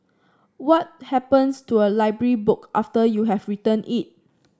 what happens to a library book after you have returned it